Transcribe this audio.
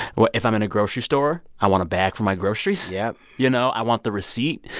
or if i'm in a grocery store, i want a bag for my groceries yeah you know, i want the receipt.